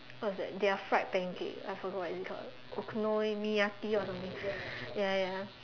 what's that their fried pancake I forgot what is it called okonomiyaki or something ya ya